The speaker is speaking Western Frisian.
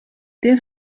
dit